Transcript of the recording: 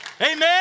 Amen